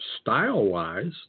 style-wise